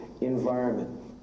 environment